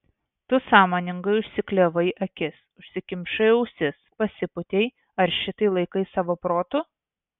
tu sąmoningai užsiklijavai akis užsikimšai ausis pasipūtei ar šitai laikai savo protu